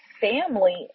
family